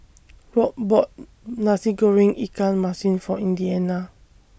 Rob bought Nasi Goreng Ikan Masin For Indiana